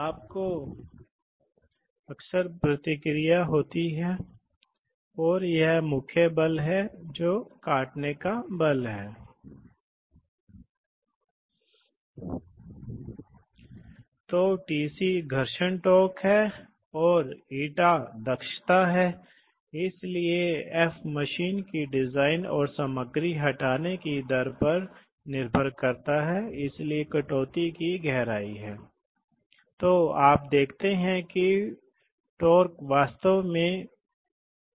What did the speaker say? आप जानते हैं इसलिए यह पता चलता है कि वास्तव में यह निर्भर करता है वाल्व कॉन्फ़िगरेशन के आधार पर ये अपस्ट्रीम डाउनस्ट्रीम दबाव अलग अलग रहते हैं उदाहरण के लिए आप किसी दिए गए स्थिति में जानते हैं ऐसा हो सकता है कि अपस्ट्रीम वास्तव में आपूर्ति से जुड़ा हुआ है